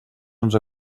ens